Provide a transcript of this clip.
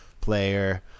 player